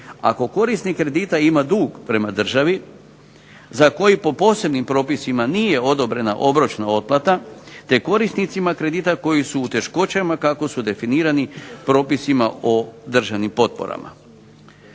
Ako korisnik kredita ima dug prema državi za koji po posebnim propisima nije odobrena obročna otplata, te korisnicima kredita koji su u teškoćama kako su definirani propisima o državnim potporama.